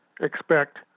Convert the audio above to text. expect